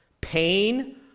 pain